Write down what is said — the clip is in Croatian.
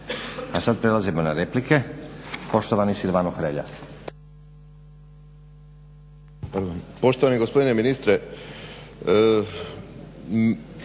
A sad prelazimo na replike. Poštovani Silvano Hrelja.